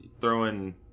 throwing